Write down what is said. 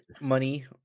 money